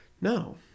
No